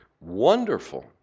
wonderful